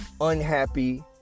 Unhappy